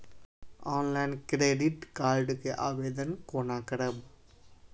Online credit card के आवेदन कोना करब?